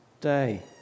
day